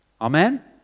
amen